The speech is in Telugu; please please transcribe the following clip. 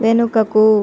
వెనుకకు